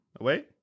Wait